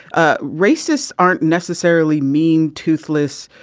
ah racists aren't necessarily mean toothless.